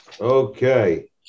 Okay